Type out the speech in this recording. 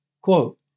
Quote